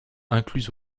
incluse